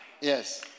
Yes